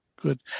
Good